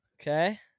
Okay